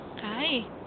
Hi